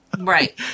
Right